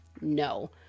no